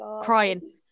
crying